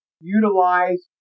utilize